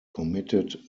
committed